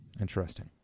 Interesting